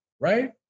right